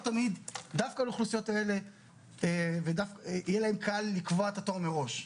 לא תמיד דווקא לאוכלוסיות האלה יהיה להן קל לקבוע את התור מראש.